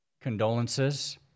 Condolences